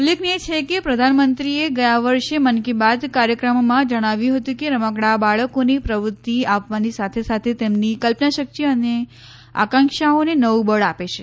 ઉલ્લેખનીય છે કે પ્રધાનમંત્રીએ ગયા વર્ષે મન કી બાત કાર્યક્રમમાં જણાવ્યું હતુ કે રમકડા બાળકોને પ્રવૃત્તિ આપવાની સાથે સાથે તેમની કલ્પનાશક્તિ અને આકાંક્ષાઓને નવું બળ આપે છે